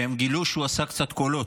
והם גילו שהוא עשה קצת קולות.